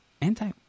Anti-